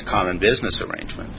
a common business arrangement